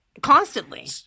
constantly